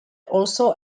also